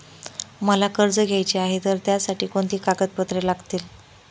मला कर्ज घ्यायचे आहे तर त्यासाठी कोणती कागदपत्रे लागतील?